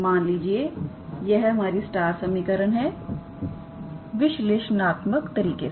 मान लीजिएयह हमारी स्टार समीकरण है विश्लेषणात्मक तरीके से